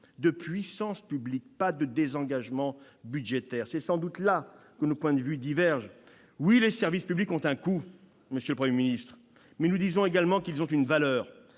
de puissance publique, pas de désengagement budgétaire. C'est sans doute là que nos points de vue divergent. Oui, les services publics ont un coût ! Mais nous disons également qu'ils ont une valeur